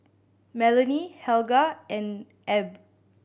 Melanie Helga and Ab